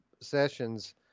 sessions